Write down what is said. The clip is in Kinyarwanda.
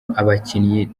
abakinyi